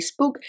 Facebook